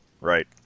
Right